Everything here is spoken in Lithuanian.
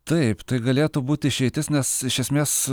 taip tai galėtų būt išeitis nes iš esmės